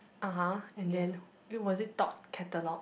(uh huh) and then eh was it Thought Catalog